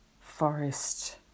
forest